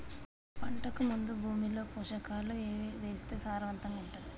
పంటకు ముందు భూమిలో పోషకాలు ఏవి వేస్తే సారవంతంగా ఉంటది?